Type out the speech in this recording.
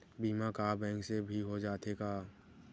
बीमा का बैंक से भी हो जाथे का?